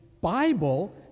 Bible